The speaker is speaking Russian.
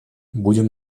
будем